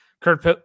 Kurt